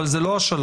אבל זה לא השלב.